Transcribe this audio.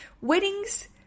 Weddings